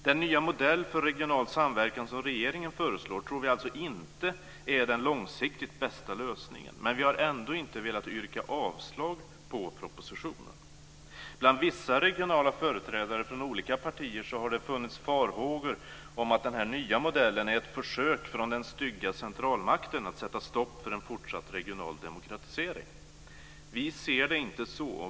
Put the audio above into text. Den nya modell för regional samverkan som regeringen föreslår tror vi inte är den långsiktigt bästa lösningen. Men vi har ändå inte velat yrka avslag på propositionen. Bland vissa regionala företrädare från olika partier har det funnits farhågor om att den nya modellen är ett försök från den stygga centralmakten att sätta stopp för en fortsatt regional demokratisering. Vi ser det inte så.